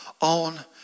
on